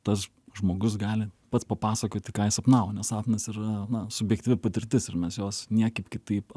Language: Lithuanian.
tas žmogus gali pats papasakoti ką jis sapnavo nes sapnas yra na subjektyvi patirtis ir mes jos niekaip kitaip